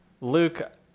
Luke